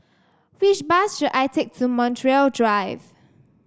which bus should I take to Montreal Drive